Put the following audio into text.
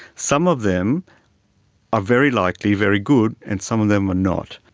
some of them are very likely very good and some of them are not.